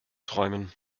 träumen